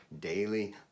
daily